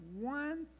one